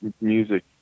music